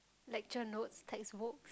lecture notes textbook